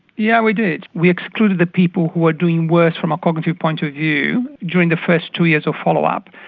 yeah we did. we excluded the people who were doing worse from a cognitive point of view during the first two years of follow-up.